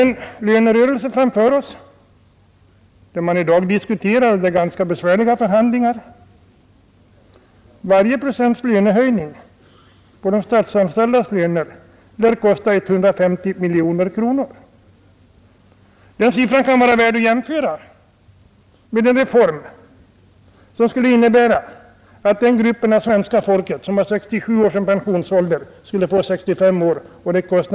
Det pågår för närvarande en lönerörelse, och förhandlingarna är ganska besvärliga. Varje procents höjning av de statsanställdas löner lär kosta 150 miljoner kronor. Den siffran kan vara värd att jämföra med vad det skulle kosta att genomföra en reform som skulle innebära att den grupp av svenska folket som har 67 är som pensionsälder skulle få 65 år.